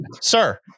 sir